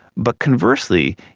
but conversely,